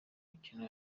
mikino